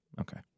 okay